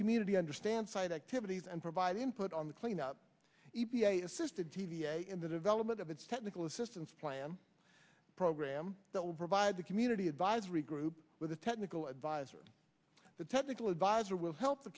community understand site activities and provide input on the clean up e p a assisted t v a in the development of its technical assistance plan program that will provide the community advisory group with the technical advisers the technical advisor will help the